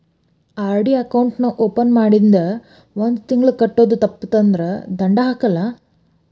RD account ನಾ open ಮಾಡಿಂದ ಒಂದ್ ತಿಂಗಳ ಕಟ್ಟೋದು ತಪ್ಪಿತಂದ್ರ ದಂಡಾ ಹಾಕಲ್ಲ